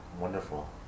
wonderful